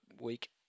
week